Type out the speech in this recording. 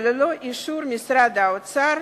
וללא אישור משרד האוצר,